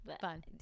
fun